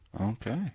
Okay